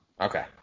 okay